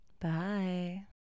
bye